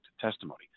testimony